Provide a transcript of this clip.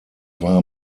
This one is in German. war